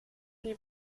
die